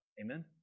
Amen